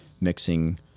mixing